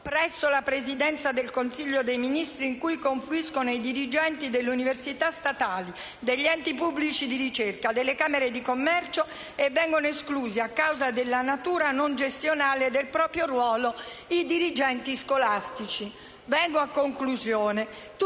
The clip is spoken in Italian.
presso la Presidenza del Consiglio dei ministri in cui confluiscono i dirigenti delle università statali, degli enti pubblici di ricerca, delle Camere di commercio e vengono esclusi, a causa della natura non gestionale del proprio ruolo, i dirigenti scolastici. Tuttavia, nel